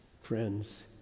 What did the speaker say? Friends